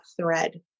thread